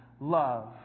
love